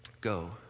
Go